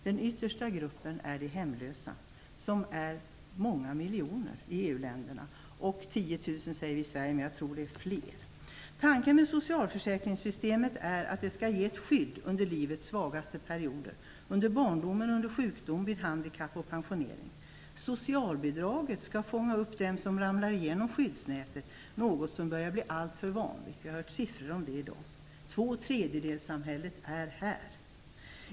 Den yttersta gruppen är de hemlösa, som består av många miljoner i EU-länderna. I Sverige säger vi att det är 10 000, men jag tror att det är fler. Tanken med socialförsäkringssystemet är att det skall ge ett skydd under livets svagaste perioder - under barndomen, under sjukdom, vid handikapp och pensionering. Socialbidraget skall fånga upp dem som ramlar igenom skyddsnätet, något som börjar bli alltför vanligt. Vi har hört siffror på det i dag. Två tredjedelssamhället är här.